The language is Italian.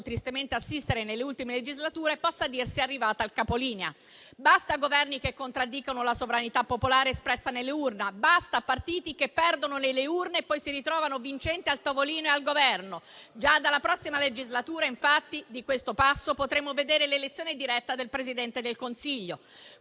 tristemente assistere nelle ultime legislature possa dirsi arrivata al capolinea. Basta Governi che contraddicono la sovranità popolare espressa nelle urne; basta partiti che perdono nelle urne e poi si ritrovano vincenti al tavolino e al Governo. Già dalla prossima legislatura, infatti, di questo passo potremmo vedere l'elezione diretta del Presidente del Consiglio.